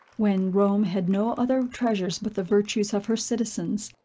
when rome had no other treasures but the virtues of her citizens,